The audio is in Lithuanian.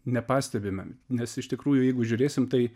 nepastebime nes iš tikrųjų jeigu žiūrėsim tai